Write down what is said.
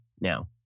now